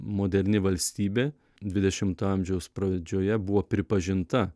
moderni valstybė dvidešimto amžiaus pradžioje buvo pripažinta